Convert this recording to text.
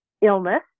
illness